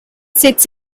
sits